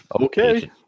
Okay